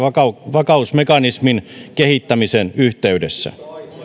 vakausmekanismin kehittämisen yhteydessä